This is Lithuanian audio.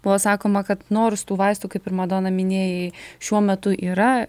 buvo sakoma kad nors tų vaistų kaip ir madona minėjai šiuo metu yra